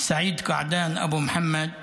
סעיד קעדאן אבו מוחמד,